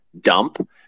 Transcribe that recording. dump